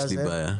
יש לי בעיה.